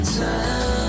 time